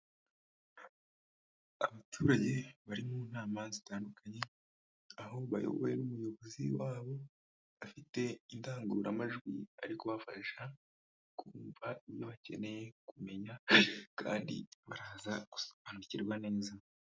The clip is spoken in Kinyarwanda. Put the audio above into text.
Abaturage bari mu nama zitandukanye, aho bayobowe n'umuyobozi wabo, afite indangururamajwi, ari kubafasha kumva ibyo bakeneye kumenya, kandi baraza gusobanukirwa neza.